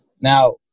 now